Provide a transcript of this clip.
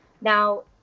Now